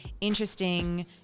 interesting